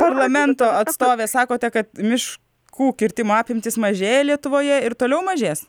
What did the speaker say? parlamento atstovė sakote kad miškų kirtimo apimtys mažėja lietuvoje ir toliau mažės